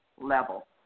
level